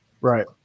Right